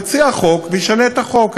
יציע חוק וישנה את החוק.